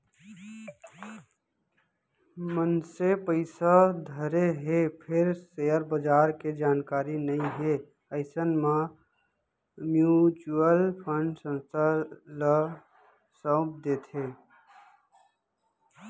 मनसे पइसा धरे हे फेर सेयर बजार के जानकारी नइ हे अइसन म म्युचुअल फंड संस्था ल सउप देथे